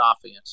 offense